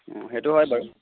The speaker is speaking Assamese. সেইটো হয় বাৰু